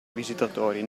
visitatori